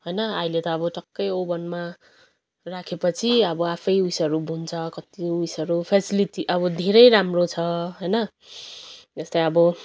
होइन अहिले त अब टक्कै ओभनमा राख्यो पछि आबो आफै उइसहरू भुन्छ कत्ति उइसहरू फेसिलिटी अब धेरै राम्रो छ होइन जस्तै अब